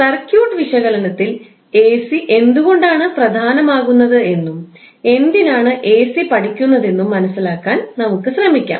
circuit വിശകലനത്തിൽ AC എന്തുകൊണ്ടാണ് പ്രധാനമാകുന്നത് എന്നും എന്തിനാണ് എസി പഠിക്കുന്നതെന്നും മനസിലാക്കാൻ നമുക്ക് ശ്രമിക്കാം